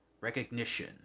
recognition